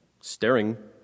Staring